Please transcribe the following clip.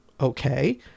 Okay